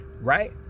right